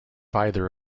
either